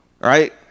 right